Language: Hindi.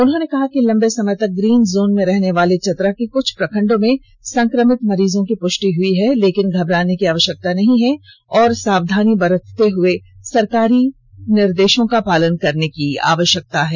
उन्होंने कहा कि लंबे समय तक ग्रीन जोन में रहने वाले चतरा के क्छ प्रखंडों में संक्रमित मरीजों की पुष्टि हुई है लेकिन घबराने की नहीं बल्कि सावधानी से सरकारी निर्देषों का पालन करने की जरूरत है